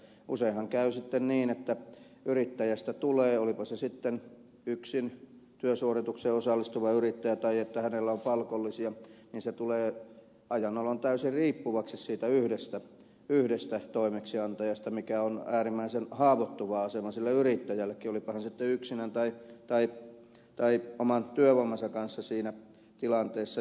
useinhan käy sitten niin että yrittäjä olipa hän sitten yksin työsuoritukseen osallistuva yrittäjä tai hänellä on palkollisia tulee ajan oloon täysin riippuvaksi siitä yhdestä toimeksiantajasta mikä on äärimmäisen haavoittuva asema sille yrittäjällekin olipa sitten yksinään tai oman työvoimansa kanssa siinä tilanteessa